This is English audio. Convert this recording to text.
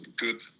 good